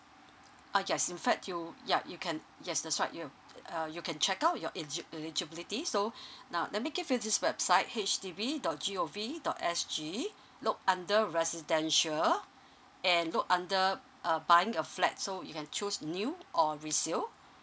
uh yes in fact you yup you can yes that's right you uh you can check out your egi~ eligibility so now let me give you this website H D B dot G_O_V dot s g look under residential and look under uh buying a flat so you can choose new or resale